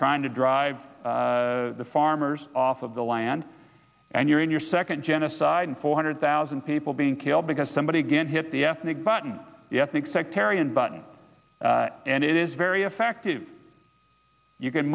trying to drive the farmers off of the land and you're in your second genocide four hundred thousand people being killed because somebody get hit the ethnic button sectarian button and it is very effective you can